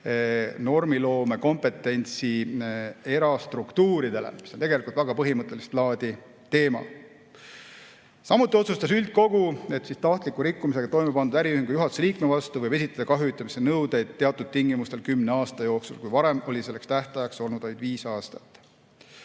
normiloome kompetentsi erastruktuuridele, mis on väga põhimõttelist laadi teema. Samuti see üldkogu otsus, et tahtliku rikkumise toime pannud äriühingu juhatuse liikme vastu võib esitada kahju hüvitamise nõudeid teatud tingimustel kümne aasta jooksul, kui varem oli selleks tähtajaks olnud vaid viis aastat.